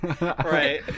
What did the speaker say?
right